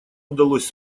удалось